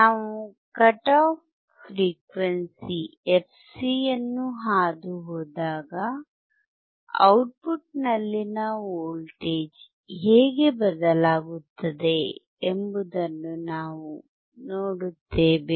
ನಾವು cut off frequency fc ಯನ್ನು ಹಾದುಹೋದಾಗ ಔಟ್ಪುಟ್ನಲ್ಲಿನ ವೋಲ್ಟೇಜ್ ಹೇಗೆ ಬದಲಾಗುತ್ತದೆ ಎಂಬುದನ್ನು ನಾವು ನೋಡುತ್ತೇವೆ